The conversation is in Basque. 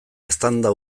eztanda